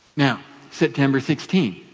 now september sixteen,